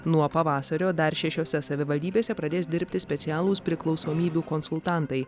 nuo pavasario dar šešiose savivaldybėse pradės dirbti specialūs priklausomybių konsultantai